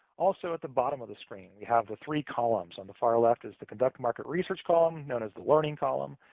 also, at the bottom of the screen, we have the three columns. on the far-left is the conduct market research column, known as the learning column.